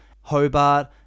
Hobart